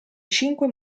cinque